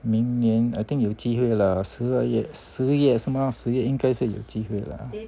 明年 I think 有机会啦十二月十一月是吗十一月应该是有机会啦